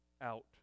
out